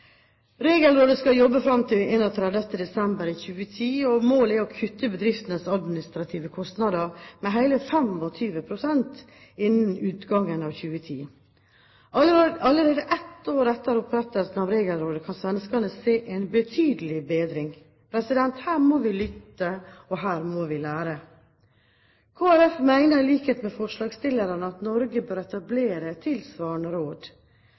Regelrådet skal jobbe til og med 31. desember 2010, og målet er å kutte bedriftenes administrative kostnader med hele 25 pst. innen utgangen av 2010. Allerede ett år etter opprettelsen av Regelrådet kan svenskene se en betydelig bedring. Her må vi lytte, og her må vi lære. Kristelig Folkeparti mener i likhet med forslagsstillerne at Norge bør etablere et tilsvarende råd.